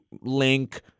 link